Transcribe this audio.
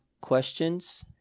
questions